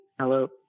hello